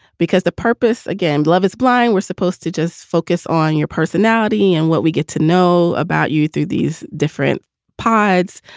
because the purpose again. love is blind. we're supposed to just focus on your personality and what we get to know about you through these different pieds.